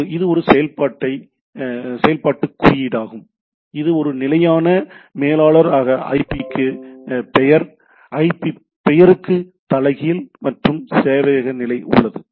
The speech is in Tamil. எனவே இது செயல்பாட்டுக் குறியீடாகும் இது ஒரு நிலையான மேலாளர் ஆக ஐபிக்கு பெயர் ஐபி பெயருக்கு தலைகீழ் மற்றும் சேவை நிலை உள்ளது